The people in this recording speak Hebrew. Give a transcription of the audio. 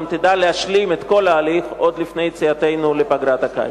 גם תדע להשלים את כל ההליך עוד לפני יציאתנו לפגרת הקיץ.